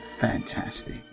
fantastic